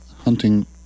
hunting